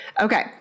Okay